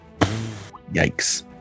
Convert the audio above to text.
Yikes